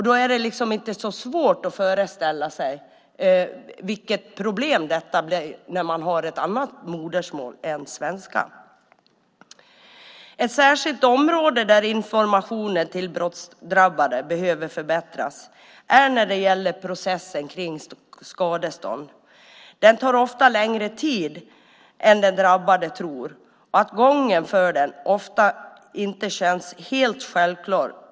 Då är det inte så svårt att föreställa sig vilka problem det blir när man har ett annat modersmål än svenska. Ett särskilt område där informationen till brottsdrabbade behöver förbättras är processen kring skadestånd. Den tar ofta längre tid än den drabbade tror, och gången för den känns ofta inte helt självklar.